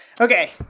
Okay